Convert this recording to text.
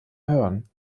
hören